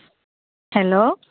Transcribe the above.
hello